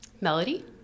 Melody